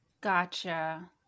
Gotcha